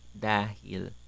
dahil